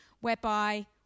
whereby